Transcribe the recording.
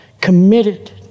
committed